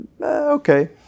Okay